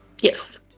yes